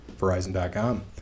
Verizon.com